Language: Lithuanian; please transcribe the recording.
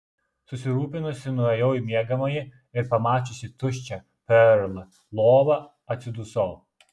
susirūpinusi nuėjau į miegamąjį ir pamačiusi tuščią perl lovą atsidusau